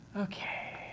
ok,